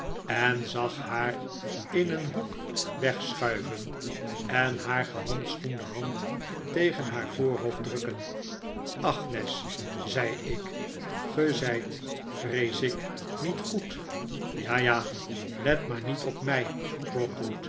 en zag haar in een hoek wegschuiven en haar gehandschoende hand tegen haar voorhoofd drukken agnes zei ik ge zijt vrees ik niet goed ja ja let maar niet op mij